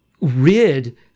rid